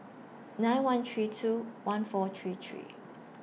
nine one three two one four three three